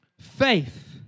Faith